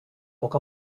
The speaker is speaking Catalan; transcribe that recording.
poc